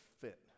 fit